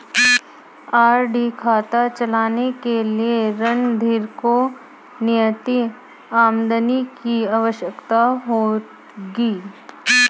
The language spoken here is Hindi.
आर.डी खाता चलाने के लिए रणधीर को नियमित आमदनी की आवश्यकता होगी